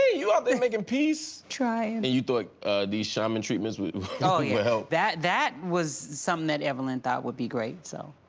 ah you out there making peace. trying. and you thought these shaman treatments oh yeah help? that that was something that evelyn thought would be great, so.